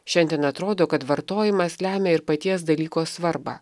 šiandien atrodo kad vartojimas lemia ir paties dalyko svarbą